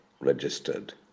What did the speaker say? registered